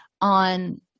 on